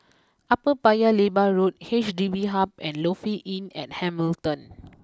Upper Paya Lebar Road H D B Hub and Lofi Inn at Hamilton